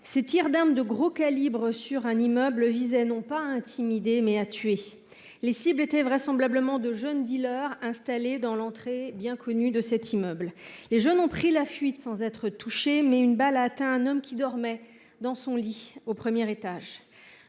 Ces tirs d’armes de gros calibre sur un immeuble visaient non pas à intimider, mais à tuer. Les cibles étaient vraisemblablement de jeunes dealers, installés dans l’entrée, bien connue, de cet immeuble. Les jeunes ont pris la fuite sans être touchés, mais une balle a atteint un homme qui dormait, dans son lit, au premier étage.